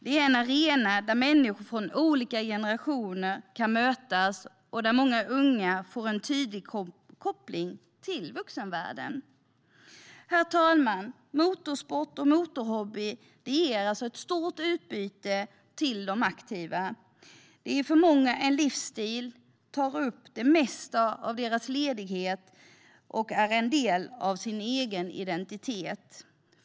Det är en arena där människor från olika generationer kan mötas och där många unga får en tydlig koppling till vuxenvärlden. Herr talman! Motorsport och motorhobby ger ett stort utbyte till de aktiva. Det är för många en livsstil som tar upp det mesta av den lediga tiden och är en del av den egna identiteten.